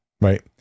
right